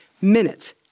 minutes